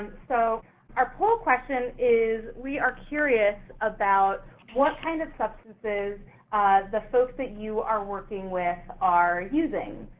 so our poll question is we are curious about what kind of substances the folks that you are working with are using.